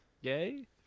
yay